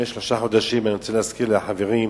אני רוצה להזכיר לחברים: